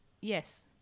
yes